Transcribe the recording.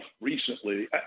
recently